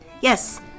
Yes